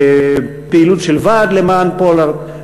ופעילות של הוועד למען פולארד.